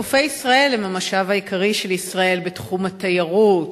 חופי ישראל הם המשאב העיקרי של ישראל בתחום התיירות.